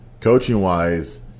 Coaching-wise